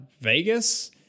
Vegas